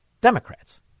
Democrats